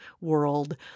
world